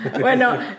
Bueno